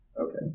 okay